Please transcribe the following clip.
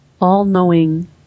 all-knowing